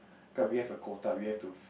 cause we have a quota we have to